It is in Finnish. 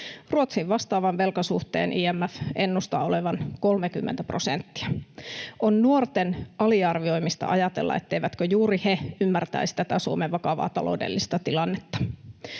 Ruotsin vastaavan velkasuhteen IMF ennustaa olevan 30 prosenttia. On nuorten aliarvioimista ajatella, etteivätkö juuri he ymmärtäisi tätä Suomen vakavaa taloudellista tilannetta.